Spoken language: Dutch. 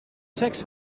seks